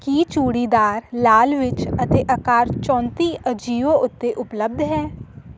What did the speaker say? ਕੀ ਚੂੜੀਦਾਰ ਲਾਲ ਵਿੱਚ ਅਤੇ ਆਕਾਰ ਚੌਂਤੀ ਅਜੀਓ ਉੱਤੇ ਉਪਲੱਬਧ ਹੈ